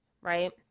right